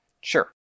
Sure